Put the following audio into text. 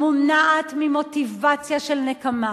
מונעת ממוטיבציה של נקמה.